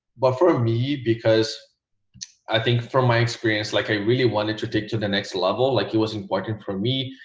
but for me, because i think from my experience like i really wanted to take to the next level like it was important for me,